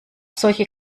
solche